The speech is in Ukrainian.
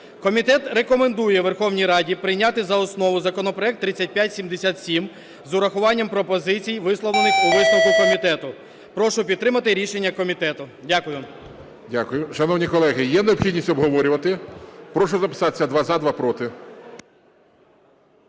Комітет рекомендує Верховній Раді прийняти за основу законопроект 3577 з урахуванням пропозицій, висловлених у висновку комітету. Прошу підтримати рішення комітету. Дякую.